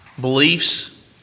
beliefs